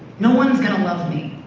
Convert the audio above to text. no one's going to love me.